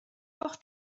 auch